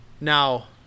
now